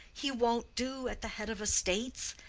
he won't do at the head of estates.